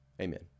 Amen